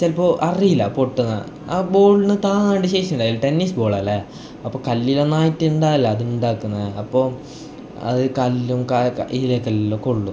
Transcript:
ചിലപ്പോൾ അറിയില്ല പൊട്ടുക ആ ബോളിന് താങ്ങാനുള്ള ശേഷി ഉണ്ടാവില്ല ടെന്നീസ് ബോൾ അല്ലേ അപ്പോൾ കല്ലിൽ ഒന്നായിട്ട് ഇണ്ടാല അത് ഉണ്ടാക്കുന്നത് അപ്പോൾ അത് കല്ലും കായൊക്കെ അടിയിലേക്ക് കൊള്ളും